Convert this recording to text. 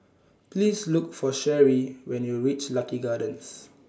Please Look For Cherri when YOU REACH Lucky Gardens